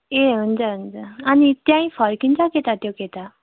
ए हुन्छ हुन्छ अनि त्यहीँ फर्किन्छ के त त्यो केटा